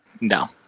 No